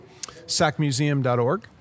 sacmuseum.org